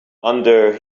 under